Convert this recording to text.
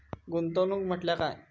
गुंतवणूक म्हटल्या काय?